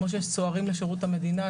כמו שיש צוערים לשירות המדינה,